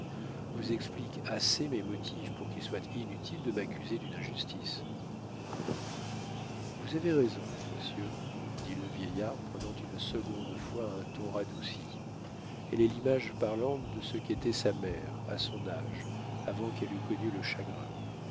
vous expliquent assez mes motifs pour qu'il soit inutile de m'accuser d'une injustice vous avez raison monsieur dit le vieillard prenant une seconde fois un ton radouci elle est l'image parlante de ce qu'était sa mère à son âge avant qu'elle eût connu le chagrin